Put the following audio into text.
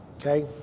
okay